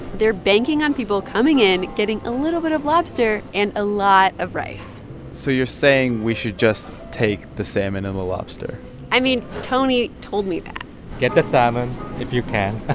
they're banking on people coming in, getting a little bit of lobster and a lot of rice so you're saying we should just take the salmon and the lobster i mean, tony told me that get the salmon if you can ah